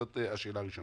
זאת השאלה הראשונה.